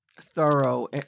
thorough